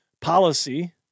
policy